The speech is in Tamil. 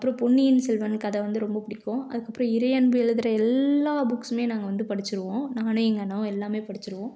அப்புறோம் பொன்னியின் செல்வன் கதை வந்து ரொம்ப பிடிக்கும் அதுக்கப்புறோம் இறை அன்பு எழுதுற எல்லா புக்ஸுமே நாங்கள் வந்து படிச்சிடுவோம் நானும் எங்கள் அண்ணாவும் எல்லாமே படிச்சிடுவோம்